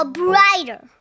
brighter